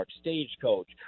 Stagecoach